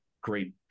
great